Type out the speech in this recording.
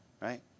right